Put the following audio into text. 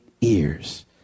ears